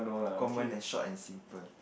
common and short and simple